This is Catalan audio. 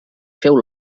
feu